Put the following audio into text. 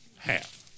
half